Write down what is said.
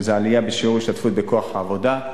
שזה עלייה בשיעור ההשתתפות בכוח העבודה,